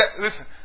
listen